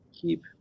keep